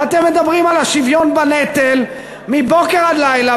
ואתם מדברים על שוויון בנטל מבוקר עד לילה,